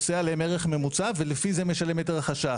עושה עליהם ערך ממוצע ולפי זה משלם את ערך השעה.